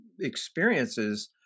experiences